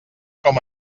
com